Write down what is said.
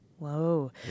Whoa